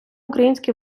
українські